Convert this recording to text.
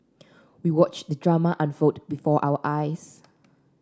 we watched the drama unfold before our eyes